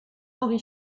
henri